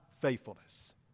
faithfulness